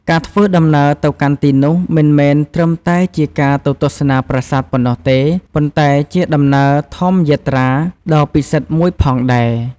ការធ្វើដំណើរទៅកាន់ទីនោះមិនមែនត្រឹមតែជាការទៅទស្សនាប្រាសាទប៉ុណ្ណោះទេ ប៉ុន្តែជា ដំណើរធម្មយាត្រា ដ៏ពិសិដ្ឋមួយផងដែរ។